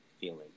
feeling